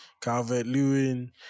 Calvert-Lewin